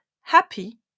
happy